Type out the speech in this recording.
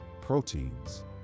proteins